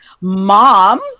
Mom